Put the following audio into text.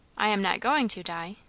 i am not going to, di.